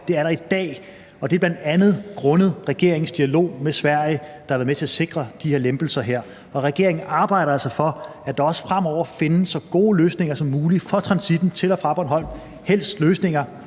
det er der i dag, og det er bl.a. grundet regeringens dialog med Sverige, der har været med til at sikre de her lempelser. Og regeringen arbejder altså for, at der også fremover findes så gode løsninger som muligt for transitten til og fra Bornholm – helst løsninger,